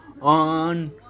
on